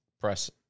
press